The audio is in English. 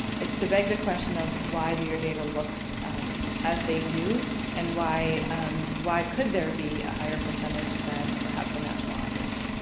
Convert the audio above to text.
it's to beg the question of why do your data look as they do and why um why could there be a higher percentage than perhaps the national average?